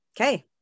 okay